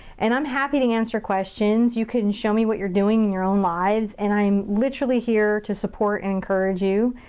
and i'm happy to answer questions. you can show me what you're doing in your own lives and i am literally here to support and encourage you.